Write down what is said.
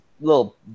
little